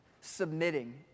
Submitting